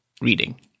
reading